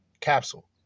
Capsule